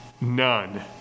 None